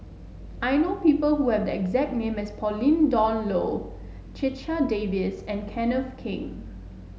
I know people who have the exact name as Pauline Dawn Loh Checha Davies and Kenneth Keng